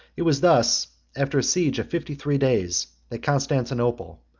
it was thus, after a siege of fifty-three days, that constantinople,